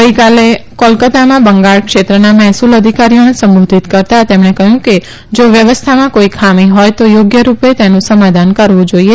ગઈકાલે કોલકત્તામાં બંંગાળ ક્ષેત્રના મહેસુલ અધિકારીઓને સંબોધિત કરતા તેમણે કહયું કે જા વ્યવસ્થામાં કોઈ ખામી હોય તો યોગ્ય રૂપે તેનું સમાધાન કરવું જાઈએ